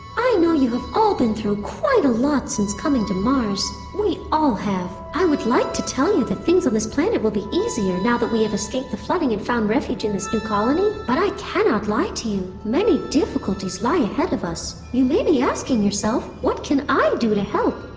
i know you have all been through quite a lot since coming to mars. we all have. i would like to tell you that things on this planet will be easier now that we have escaped the flooding and found refuge in this new colony, but i cannot lie to you. many difficulties lie ahead of us. you may be asking yourself, what can i do to help?